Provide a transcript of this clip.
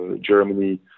Germany